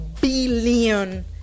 billion